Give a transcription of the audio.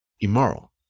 immoral